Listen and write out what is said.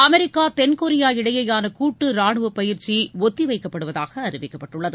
America தென்கொரியா இடையேயான கூட்டு ரானுவ பயிற்சி ஒத்தி வைக்கப்படுவதாக அறிவிக்கப்பட்டுள்ளது